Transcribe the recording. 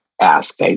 ask